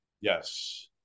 Yes